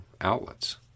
outlets